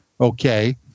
okay